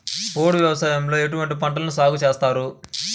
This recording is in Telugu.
పోడు వ్యవసాయంలో ఎటువంటి పంటలను సాగుచేస్తారు?